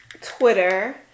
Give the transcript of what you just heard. Twitter